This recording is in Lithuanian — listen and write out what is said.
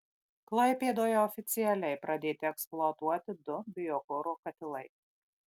klaipėdoje oficialiai pradėti eksploatuoti du biokuro katilai